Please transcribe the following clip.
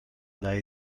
dai